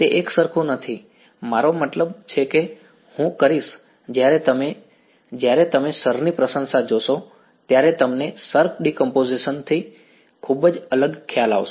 તે એકસરખું નથી મારો મતલબ છે કે હું કરીશ જ્યારે તમે જ્યારે તમે શરની પ્રશંસા જોશો ત્યારે તમને શર ડીકંપોઝિશનથી ખૂબ જ અલગ ખ્યાલ આવશે